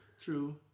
True